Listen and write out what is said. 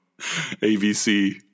ABC